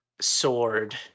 Sword